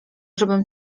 żebym